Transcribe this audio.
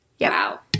Wow